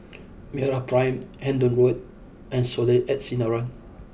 MeraPrime Hendon Road and Soleil at Sinaran